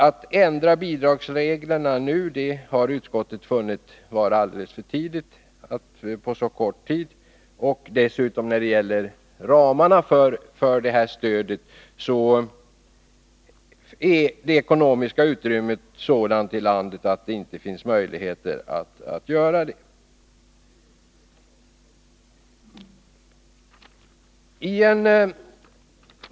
Utskottet har emellertid funnit det vara alldeles för tidigt att efter så kort tid ändra bidragsreglerna nu, och när det gäller ramarna för stödet är det ekonomiska utrymmet i landet dessutom sådant att det inte finns möjligheter att göra det.